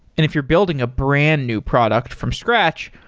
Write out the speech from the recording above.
if you're building a brand-new product from scratch,